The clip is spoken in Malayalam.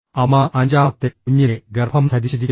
അമ്മ അഞ്ചാമത്തെ കുഞ്ഞിനെ ഗർഭം ധരിച്ചിരിക്കുന്നു